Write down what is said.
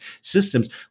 systems